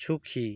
সুখী